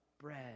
bread